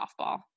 softball